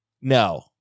No